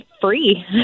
free